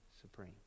supreme